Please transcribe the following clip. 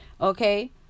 okay